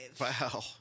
Wow